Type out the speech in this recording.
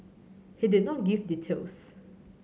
he did not give details